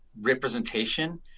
representation